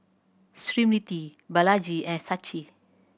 Smriti Balaji and Sachin